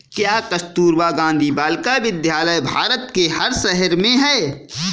क्या कस्तूरबा गांधी बालिका विद्यालय भारत के हर शहर में है?